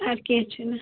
اَدٕ کیٚنٛہہ چھُنہٕ